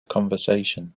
conversation